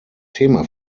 thema